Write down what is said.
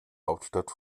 hauptstadt